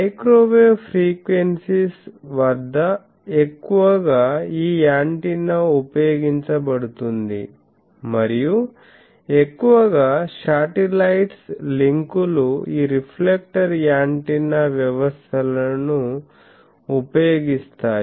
microwave frequencies వద్ద ఎక్కువగా ఈ యాంటెన్నా ఉపయోగించబడుతుంది మరియు ఎక్కువగా శాటిలైట్స్ లింకులు ఈ రిఫ్లెక్టర్ యాంటెన్నా వ్యవస్థలను ఉపయోగిస్తాయి